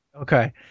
Okay